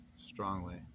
strongly